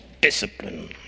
discipline